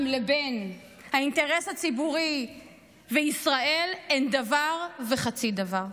לבין האינטרס הציבורי וישראל אין דבר וחצי דבר.